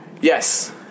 Yes